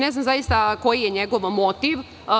Ne znam zaista koji je njegov motiv?